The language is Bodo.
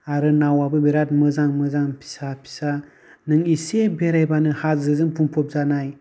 आरो नावाबो बिराद मोजां मोजां फिसा फिसा नों एसे बेरायबानो हाजोजों बुंफब जानाय